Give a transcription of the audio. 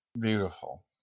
Beautiful